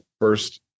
first